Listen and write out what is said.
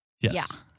Yes